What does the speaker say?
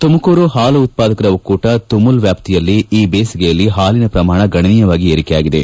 ತುಮಕೂರು ಹಾಲು ಉತ್ಪಾದಕರ ಒಕ್ಕೂಟ ತುಮುಲ್ ವ್ಕಾಪ್ತಿಯಲ್ಲಿ ಈ ಬೇಸಿಗೆಯಲ್ಲಿ ಹಾಲಿನ ಪ್ರಮಾಣ ಗಣನೀಯವಾಗಿ ಏರಿಕೆಯಾಗಿದೆ